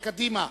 קדימה,